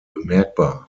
bemerkbar